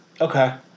Okay